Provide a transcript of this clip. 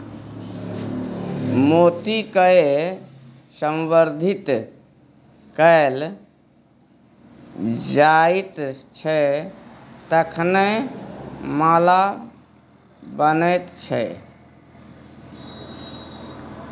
मोतीकए संवर्धित कैल जाइत छै तखने माला बनैत छै